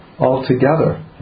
altogether